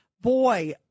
Boy